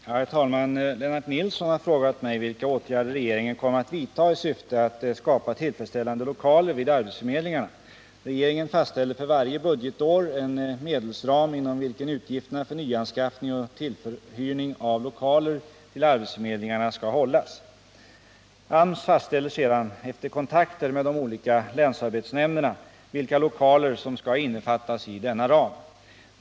Herr talman! Lennart Nilsson har frågat mig vilka åtgärder regeringen kommer att vidta i syfte att skapa tillfredsställande lokaler vid arbetsförmedlingarna. Regeringen fastställer för varje budgetår en medelsram inom vilken utgifterna för nyanskaffning och förhyrning av lokaler till arbetsförmedlingarna skall hållas. AMS fastställer sedan — efter kontakter med de olika länsarbetsnämnderna — vilka lokaler som skall innefattas i denna ram.